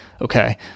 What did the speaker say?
okay